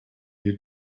you